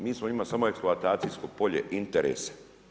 Mi smo njima samo eksploatacijsko polje interesa.